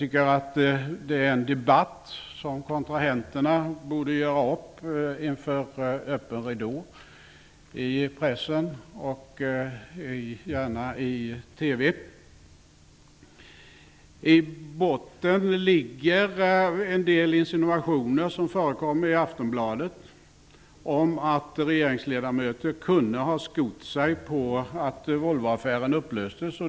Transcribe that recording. Det är en debatt som kontrahenterna borde föra inför öppen ridå i pressen och gärna i TV. I botten ligger en del insinuationer som förekom i Aftonbladet om att regeringsledamöter kunde ha skott sig på att Volvoaffären upplöstes.